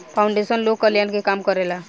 foundation लोक कल्याण के काम करेला